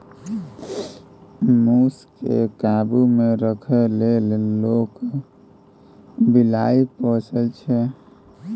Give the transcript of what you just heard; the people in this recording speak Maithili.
मुस केँ काबु मे राखै लेल लोक बिलाइ पोसय छै